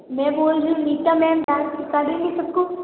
मैं बोल रही हूँ नीता मेम डान्स सिखा देंगी सब को